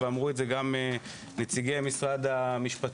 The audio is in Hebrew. ואמרו את זה גם נציגי משרד המשפטים,